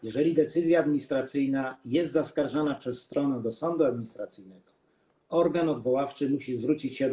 Jeżeli decyzja administracyjna jest zaskarżana przez stronę do sądu administracyjnego, organ odwoławczy musi zwrócić się do